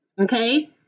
Okay